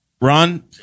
Ron